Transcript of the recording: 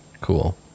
Cool